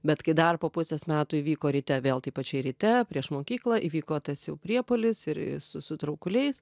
bet kai dar po pusės metų įvyko ryte vėl tai pačiai ryte prieš mokyklą įvyko tas jau priepuolis ir i su su traukuliais